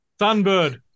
Sunbird